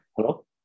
Hello